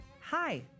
Hi